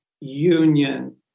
union